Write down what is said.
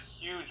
huge